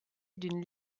d’une